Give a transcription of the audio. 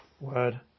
word